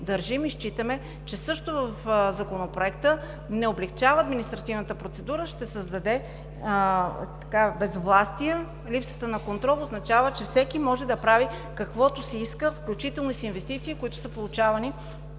държим, и считаме, че също в Законопроекта не облекчава административната процедура, ще създаде безвластие. Липсата на контрол означава, че всеки може да прави каквото си иска, включително и с инвестиции, които са получавани